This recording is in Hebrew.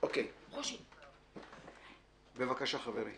חברי בצלאל, בבקשה.